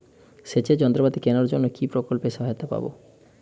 সেচের যন্ত্রপাতি কেনার জন্য কি প্রকল্পে সহায়তা পাব?